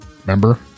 Remember